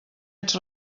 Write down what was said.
ets